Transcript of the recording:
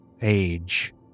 age